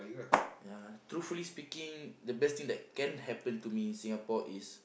ya truthfully speaking the best thing that can happen to me in Singapore is